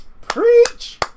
Preach